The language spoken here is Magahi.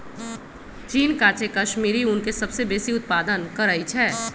चीन काचे कश्मीरी ऊन के सबसे बेशी उत्पादन करइ छै